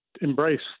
Embrace